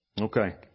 Okay